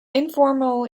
informal